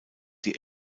die